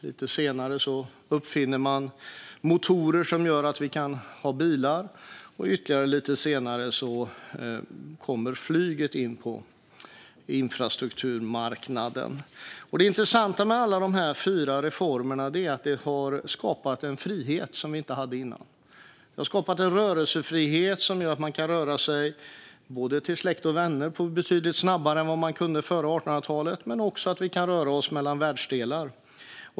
Lite senare uppfinner man motorer som gör att vi kan ha bilar. Ytterligare lite senare kommer flyget in på infrastrukturmarknaden. Det intressanta med alla de här fyra reformerna är att de har skapat en frihet som vi inte hade tidigare. De har skapat en rörelsefrihet som gör att man kan röra sig till släkt och vänner betydligt snabbare än man kunde före 1800-talet. Men vi kan också röra oss mellan världsdelar.